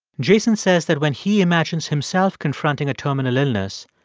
jason says that when he imagines himself confronting a terminal illness,